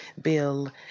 Bill